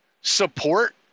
support